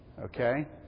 Okay